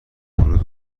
فروت